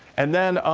and then,